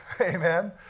amen